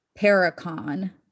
Paracon